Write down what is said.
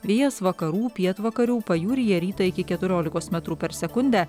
vėjas vakarų pietvakarių pajūryje rytą iki keturiolikos metrų per sekundę